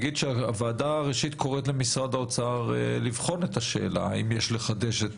שהוועדה קוראת למשרד האוצר לבחון את השאלה האם יש לחדש את